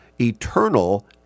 eternal